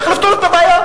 איך לפתור את הבעיה.